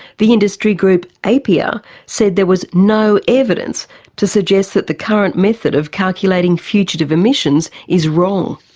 the industry group appea ah said there was no evidence to suggest that the current method of calculating fugitive emissions is wrong.